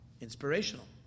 inspirational